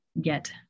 get